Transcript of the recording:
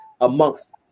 amongst